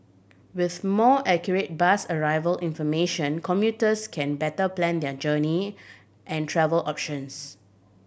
with more accurate bus arrival information commuters can better plan their journey and travel options